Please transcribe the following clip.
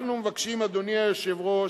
אנחנו מבקשים, אדוני היושב-ראש,